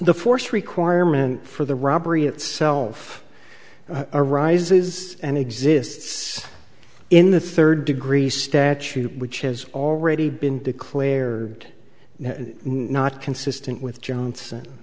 the force requirement for the robbery itself arises and exists in the third degree statute which has already been declared and not consistent with johnson